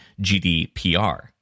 GDPR